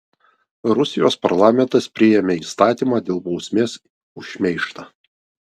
rusijos parlamentas priėmė įstatymą dėl bausmės už šmeižtą